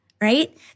right